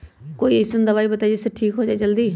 कोई अईसन दवाई बताई जे से ठीक हो जई जल्दी?